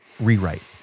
rewrite